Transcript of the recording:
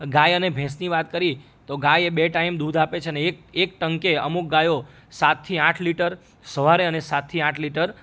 ગાય અને ભેંસની વાત કરી તો તો એ ગાય એ બે ટાઈમ દૂધ આપે છે અને એક ટંકે અમુક ગાયો સાતથી આઠ લિટર સવારે અને સાતથી આઠ લિટર